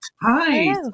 hi